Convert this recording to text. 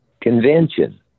convention